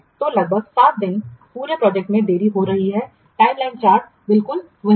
तो लगभग 7 दिन पूरे प्रोजेक्ट में देरी हो रही है टाइमलाइन चार्ट ठीक है